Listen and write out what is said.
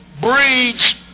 breeds